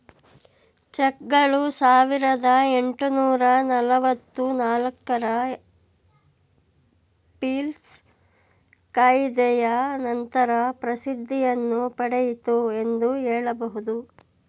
ಚೆಕ್ಗಳು ಸಾವಿರದ ಎಂಟುನೂರು ನಲವತ್ತು ನಾಲ್ಕು ರ ಪೀಲ್ಸ್ ಕಾಯಿದೆಯ ನಂತರ ಪ್ರಸಿದ್ಧಿಯನ್ನು ಪಡೆಯಿತು ಎಂದು ಹೇಳಬಹುದು